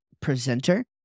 Presenter